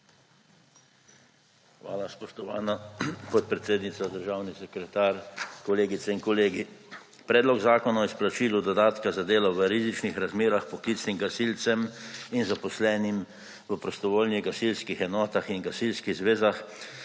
Hvala, spoštovana podpredsednica. Državni sekretar, kolegice in kolegi! Predlog zakona o izplačilu dodatka za delo v rizičnih razmerah poklicnim gasilcem in zaposlenim v prostovoljnih gasilskih enotah in gasilskih zvezah